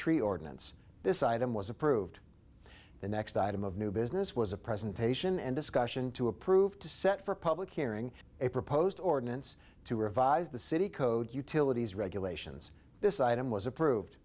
tree ordinance this item was approved the next item of new business was a presentation and discussion to approve to set for public hearing a proposed ordinance to revise the city code utilities regulations this item was approved